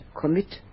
commit